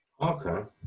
Okay